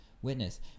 Witness